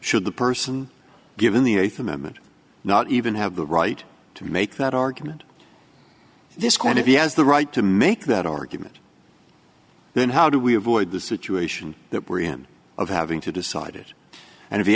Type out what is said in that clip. should the person given the eighth amendment not even have the right to make that argument this going to be has the right to make that argument then how do we avoid the situation that we're in of having to decide it and if he